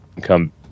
come